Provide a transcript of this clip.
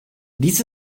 dies